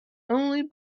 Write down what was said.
only